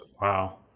Wow